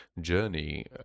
journey